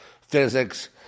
physics